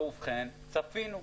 ואכן צפינו,